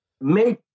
make